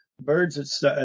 birds